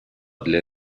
для